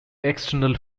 external